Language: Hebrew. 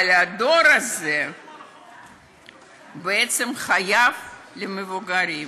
אבל הדור הזה בעצם חייב למבוגרים,